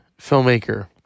filmmaker